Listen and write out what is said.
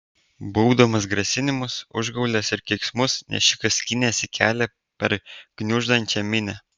baubdamas grasinimus užgaules ir keiksmus nešikas skynėsi kelią per gniuždančią minią